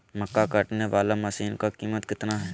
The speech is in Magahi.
मक्का कटने बाला मसीन का कीमत कितना है?